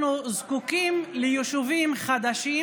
אנחנו זקוקים ליישובים חדשים,